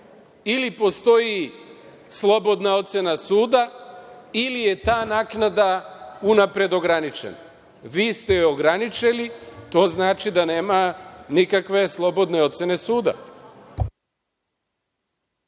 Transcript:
ili postoji slobodna ocena suda ili je ta naknada unapred ograničena. Vi ste je ograničili. To znači da nema nikakve slobodne ocene suda.